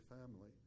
family